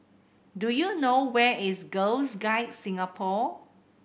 do you know where is Girl's Guides Singapore